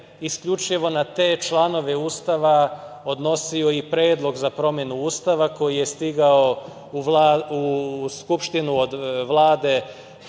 isključivo na te članove Ustava odnosio i predlog za promenu Ustava, koji je stigao u Skupštinu od Vlade 4.